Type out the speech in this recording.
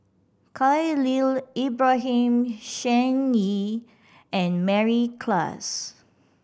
Khalil Ibrahim Shen Yi and Mary Klass